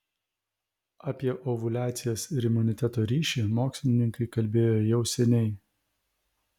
apie ovuliacijos ir imuniteto ryšį mokslininkai kalbėjo jau seniai